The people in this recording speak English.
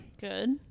Good